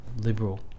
liberal